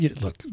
look